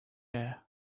air